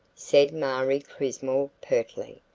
said marie crismore pertly.